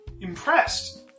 impressed